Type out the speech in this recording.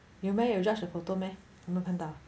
有 meh 有 george 的 photo meh